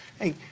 Hey